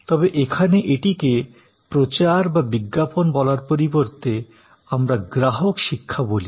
তবে এখানে এটিকে প্রচার বা বিজ্ঞাপন বলার পরিবর্তে আমরা গ্রাহক শিক্ষা বলি